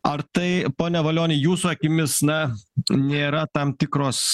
ar tai pone valioni jūsų akimis na nėra tam tikros